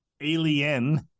Alien